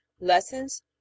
LESSONS